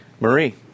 Marie